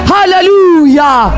Hallelujah